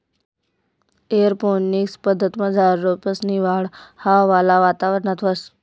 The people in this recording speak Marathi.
एअरोपोनिक्स पद्धतमझार रोपेसनी वाढ हवावाला वातावरणात व्हस